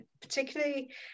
particularly